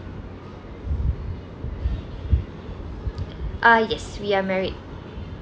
uh yes we are married